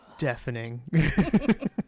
deafening